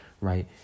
right